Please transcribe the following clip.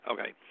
Okay